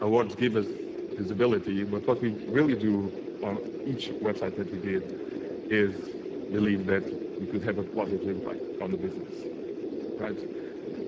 award give us visibility but what we really do on each website that we did is believe that we could have a positive impact on the business right